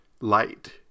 light